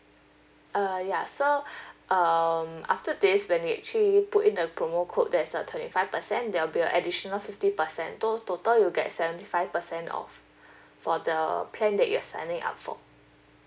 uh ya so um after this when they actually put in the promo code there's a twenty five percent there'll be additional fifty percent total you get seventy five percent off for the plan that you're signing up for